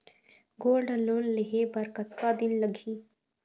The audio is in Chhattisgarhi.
गोल्ड लोन लेहे बर कतका दिन लगही?